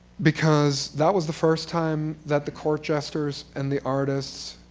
because that was the first time that the court jesters and the artists